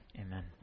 Amen